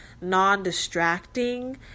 non-distracting